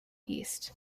east